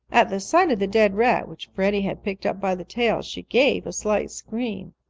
at the sight of the dead rat, which freddie had picked up by the tail, she gave a slight scream.